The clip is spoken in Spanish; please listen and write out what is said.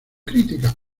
críticas